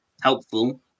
helpful